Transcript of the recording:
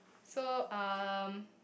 so um